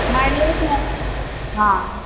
माडयो आ